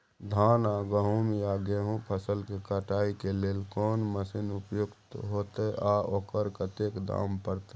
धान आ गहूम या गेहूं फसल के कटाई के लेल कोन मसीन उपयुक्त होतै आ ओकर कतेक दाम परतै?